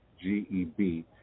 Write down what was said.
G-E-B